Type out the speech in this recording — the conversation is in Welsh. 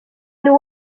nhw